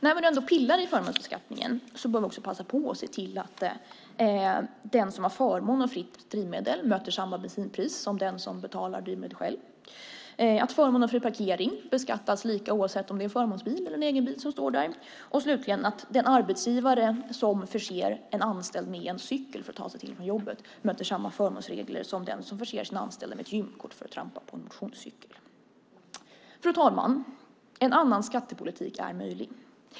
När vi ändå pillar i förmånsbeskattningen bör vi också passa på att se till att den som har förmån av fritt drivmedel möter samma bensinpris som den som betalar drivmedlet själv, att förmånen fri parkering beskattas lika, oavsett om det är en förmånsbil eller en egen bil som står där, och slutligen att den arbetsgivare som förser en anställd med en cykel för att denne ska kunna ta sig till och från jobbet möter samma förmånsregler som den som förser sina anställda med ett gymkort för att trampa på en motionscykel. Fru talman! En annan skattepolitik är möjlig.